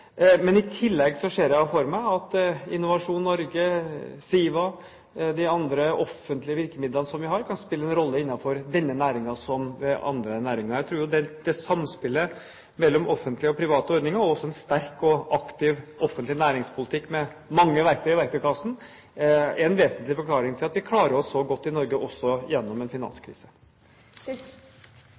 Men man har den samme kombinasjonen av private og offentlige finansieringskilder. Det må være private og de ulike bankene som bærer mye av finansieringsmetodene, om det er å reise egenkapital gjennom børsen, osv. I tillegg ser jeg for meg at Innovasjon Norge, SIVA og de andre offentlige virkemidlene vi har, kan spille en rolle innenfor denne næringen som innenfor andre næringer. Jeg tror at samspillet mellom offentlige og private ordninger og en sterk og aktiv offentlig næringspolitikk, med mange verktøy i verktøykassen,